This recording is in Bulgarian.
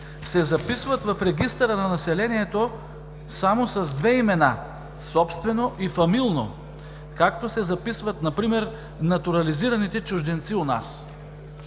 се записват в регистъра на населението само с две имена – собствено и фамилно, както се записват например натурализираните чужденци у нас.